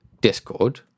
Discord